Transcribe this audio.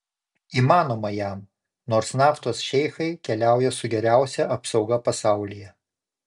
įmanoma jam nors naftos šeichai keliauja su geriausia apsauga pasaulyje